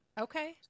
Okay